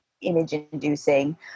image-inducing